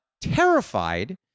terrified